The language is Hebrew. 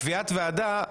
קביעת ועדה,